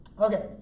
Okay